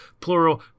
plural